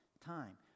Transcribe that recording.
time